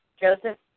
Joseph